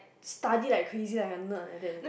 study like crazy like a nerd like that you know